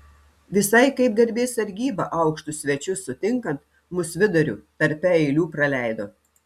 visai kaip garbės sargyba aukštus svečius sutinkant mus viduriu tarpe eilių praleido